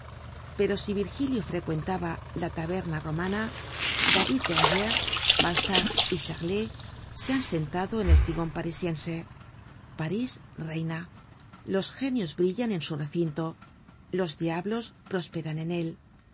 pero si virgilio frecuentaba la taberna romana david de angers balzac y charlet se han sentado en el figon parisiense parís reina los genios brillan en su recinto los diablos prosperan en él